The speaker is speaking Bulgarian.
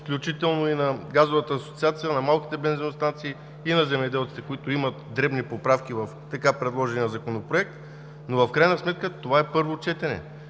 включително и на Българската газова асоциация, на малките бензиностанции и на земеделците, които имат дребни поправки в така предложения законопроект. В крайна сметка, това е първо четене